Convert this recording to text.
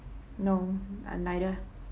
no I neither